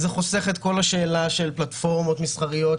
זה חוסך את כל השאלה של פלטפורמות מסחריות,